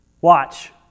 watch